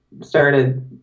started